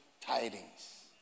tidings